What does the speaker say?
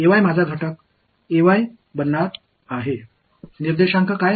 மாணவர் எனது கூறு ஆக இருக்கப்போகிறது